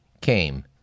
came